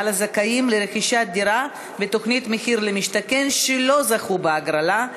לזכאים לרכישת דירה בתוכנית מחיר למשתכן שלא זכו בהגרלה,